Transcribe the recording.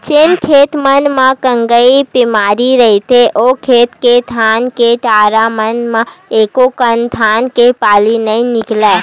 जेन खेत मन म गंगई बेमारी रहिथे ओ खेत के धान के डारा मन म एकोकनक धान के बाली नइ निकलय